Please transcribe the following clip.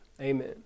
Amen